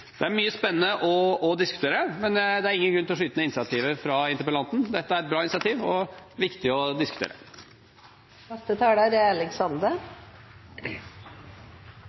Det er mye spennende å diskutere, men det er ingen grunn til å skyte ned initiativet fra interpellanten. Dette er et bra initiativ og viktig å